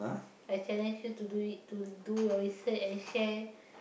I challenge you to do it to do your research and share